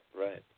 right